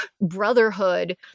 Brotherhood